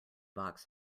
box